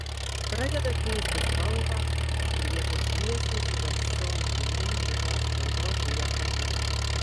pradeda keisti spalvą ir vietoj šviesiai su tamsiom dėmėm rudos spalvos lieka mėlynas